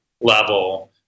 level